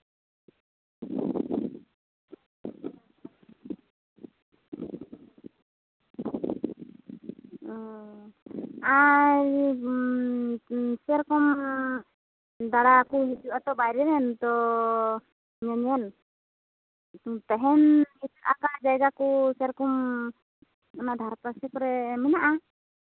ᱚ ᱟᱨ ᱥᱮᱨᱚᱠᱚᱢ ᱫᱟᱬᱟ ᱠᱚ ᱦᱤᱡᱩᱜᱼᱟ ᱛᱚ ᱵᱟᱭᱨᱮ ᱨᱮᱱ ᱛᱚ ᱧᱮᱧᱮᱞ ᱛᱟᱦᱮᱱ ᱞᱮᱠᱟ ᱡᱟᱭᱜᱟ ᱠᱚ ᱥᱮᱨᱚᱠᱚᱢ ᱚᱱᱟ ᱫᱷᱟᱨᱮᱯᱟᱥᱮ ᱠᱚᱨᱮ ᱢᱮᱱᱟᱜᱼᱟ